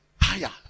higher